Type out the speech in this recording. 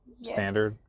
standard